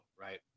right